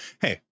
hey